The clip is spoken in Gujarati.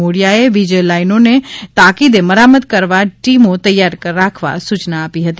મોડિયાએ વીજ લાઇનોને તાકીદે મરામત કરવા ટીમો તૈયાર રાખવા સૂચના આપી હતી